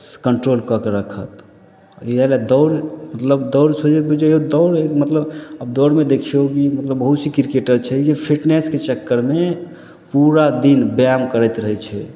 control कऽके रखत इएहलए दौड़ मतलब दौड़ सोझे बुझि जइऔ दौड़ मतलब आब दौड़मे देखिऔ कि मतलब बहुत से किरकेटर छै जे फिटनेसके चक्करमे पूरा दिन व्यायाम करैत रहै छै